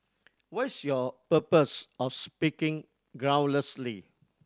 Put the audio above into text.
what's your purpose of speaking groundlessly